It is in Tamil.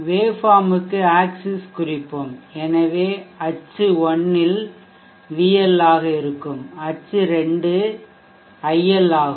வேவ்ஃபார்ம்க்கு ஆக்சிஸ் அச்சுகளை குறிப்போம் எனவே அச்சு 1 Vl ஆக இருக்கும் அச்சு 2 Il ஆகும்